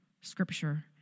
scripture